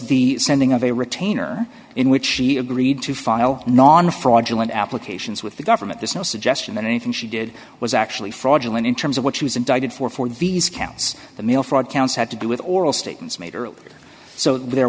the sending of a retainer in which she agreed to file non fraudulent applications with the government there's no suggestion that anything she did was actually fraudulent in terms of what she was indicted for for these counts the mail fraud counts had to do with oral statements made earlier so there